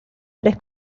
tres